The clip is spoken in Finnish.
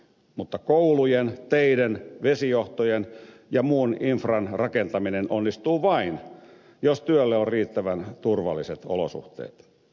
mutta koulujen teiden vesijohtojen ja muun infran rakentaminen onnistuu vain jos työlle on riittävän turvalliset olosuhteet